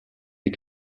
des